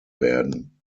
werden